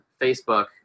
Facebook